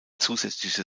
zusätzliche